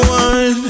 one